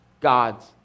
God's